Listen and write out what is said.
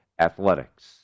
Athletics